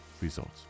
results